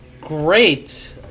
great